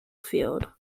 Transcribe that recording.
field